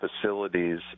facilities